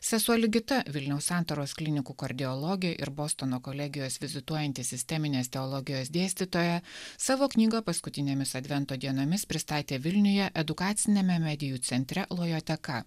sesuo ligita vilniaus santaros klinikų kardiologė ir bostono kolegijos vizituojanti sisteminės teologijos dėstytoja savo knygą paskutinėmis advento dienomis pristatė vilniuje edukaciniame medijų centre lojoteka